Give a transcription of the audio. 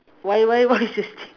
why why why is thing